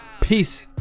peace